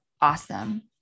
awesome